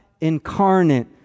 incarnate